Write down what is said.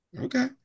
Okay